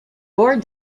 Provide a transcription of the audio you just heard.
board